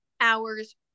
hours